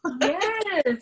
Yes